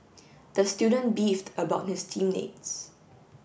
the student beefed about his team mates